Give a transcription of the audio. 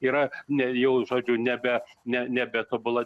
yra ne jau žodžiu nebe ne nebe tobula